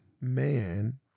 man